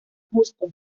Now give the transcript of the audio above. justo